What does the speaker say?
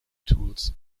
tools